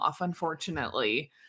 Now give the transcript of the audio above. unfortunately